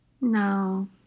No